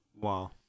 Wow